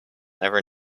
never